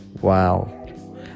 Wow